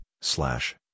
slash